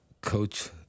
Coach